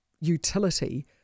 utility